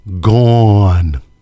gone